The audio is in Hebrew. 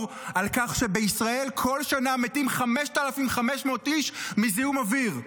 על כך שבישראל מתים בכל שנה 5,500 איש מזיהום אוויר.